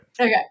Okay